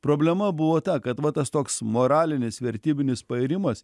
problema buvo ta kad va tas toks moralinis vertybinis pairimas